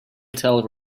tell